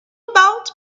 about